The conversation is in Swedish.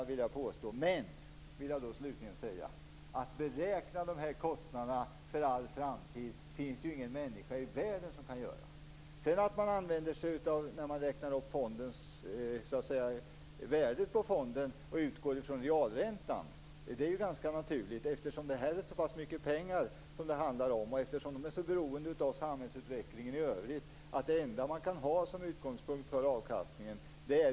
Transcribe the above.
Men det finns inte någon människa i världen som kan beräkna dessa kostnader för all framtid. Att man utgår från realräntan när man räknar upp värdet på fonden är ganska naturligt. Eftersom det handlar om så pass mycket pengar och man är så beroende av samhällsutvecklingen i övrigt är realräntan det enda man kan ha som utgångspunkt för avkastningen.